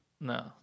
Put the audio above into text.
No